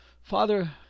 Father